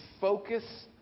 focus